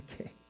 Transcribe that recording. okay